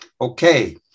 Okay